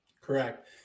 Correct